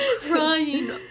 crying